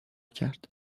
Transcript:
کرد